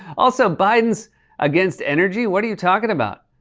also, biden's against energy? what are you talking about?